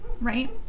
right